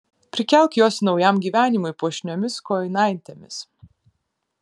prikelk juos naujam gyvenimui puošniomis kojinaitėmis